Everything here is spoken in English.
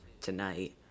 tonight